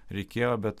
reikėjo bet